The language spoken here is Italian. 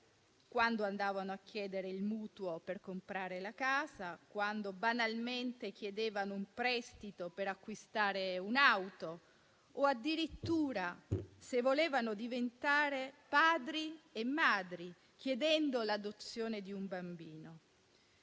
quando andavano a chiedere un mutuo per comprare la casa, quando banalmente chiedevano un prestito per acquistare un'auto o, addirittura, se volevano diventare padri e madri, chiedendo l'adozione di un bambino.